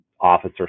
officer